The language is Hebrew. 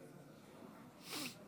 חברת הכנסת